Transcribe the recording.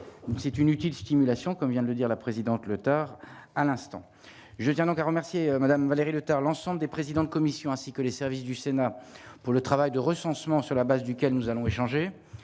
c'est inutile stimulation comme vient de le dire, la présidente Leuthard à l'instant, je tiens donc à remercier Madame Valérie Létard, l'ensemble des présidents de commission ainsi que les services du Sénat pour le travail de recensement, sur la base duquel nous allons échanger,